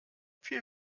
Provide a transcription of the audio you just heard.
viel